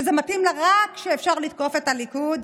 שזה מתאים לה רק כשאפשר לתקוף את הליכוד,